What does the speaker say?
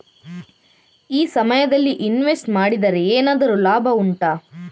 ಈ ಸಮಯದಲ್ಲಿ ಇನ್ವೆಸ್ಟ್ ಮಾಡಿದರೆ ಏನಾದರೂ ಲಾಭ ಉಂಟಾ